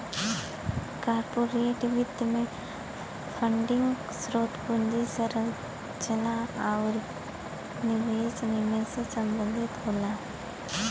corporate वित्त में funding स्रोत, पूंजी संरचना आुर निवेश निर्णय से संबंधित होला